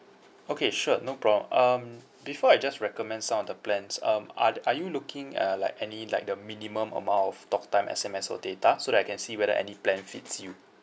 okay sure no problem um before I just recommend some of the plans um are are you looking uh like any like the minimum amount of talk time S_M_S or data so that I can see whether any plan fits you